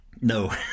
No